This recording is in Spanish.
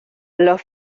los